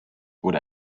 wurde